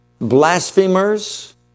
blasphemers